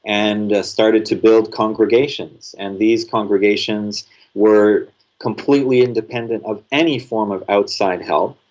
and started to build congregations. and these congregations were completely independent of any form of outside help,